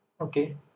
okay